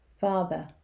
Father